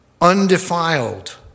undefiled